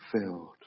filled